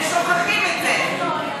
הם שוכחים את זה.